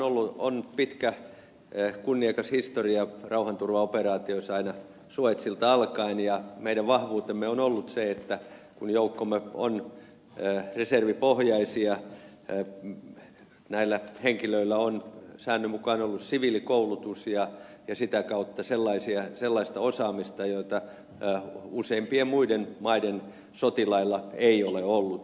suomella on pitkä kunniakas historia rauhanturvaoperaatioissa aina suezilta alkaen ja meidän vahvuutemme on ollut se että kun joukkomme ovat reservipohjaisia näillä henkilöillä on säännön mukaan ollut siviilikoulutus ja sitä kautta sellaista osaamista jota useimpien muiden maiden sotilailla ei ole ollut